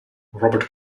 robert